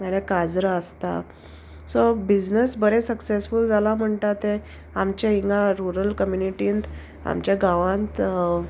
नाल्या काजरां आसता सो बिजनस बरें सक्सेसफूल जाला म्हणटा तें आमचें हिंगा रुरल कम्युनिटींत आमच्या गांवांत